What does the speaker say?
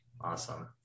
Awesome